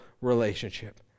relationship